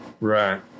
right